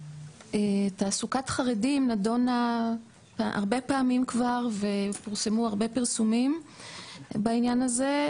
תעסוקת חרדים נדונה הרבה פעמים כבר ופורסמו הרבה פרסומים בעניין הזה.